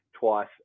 twice